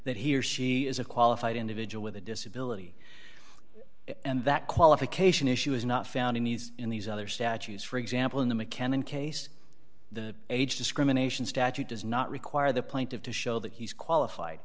that he or she is a qualified individual with a disability and that qualification issue is not found in these in these other statues for example in the mechanic case the age discrimination statute does not require the plaintiff to show that he's qualified